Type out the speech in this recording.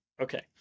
okay